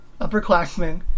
upperclassmen